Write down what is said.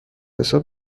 حساب